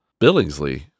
Billingsley